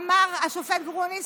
אמר השופט גרוניס: